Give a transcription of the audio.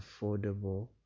affordable